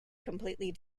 completely